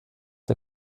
der